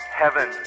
heaven